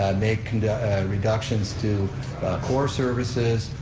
make and reductions to core services,